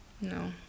No